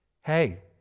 Hey